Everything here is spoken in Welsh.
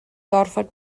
gorfod